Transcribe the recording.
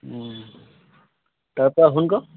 তাৰ পৰা শুন আকৌ